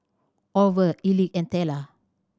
Orval Elick and Tella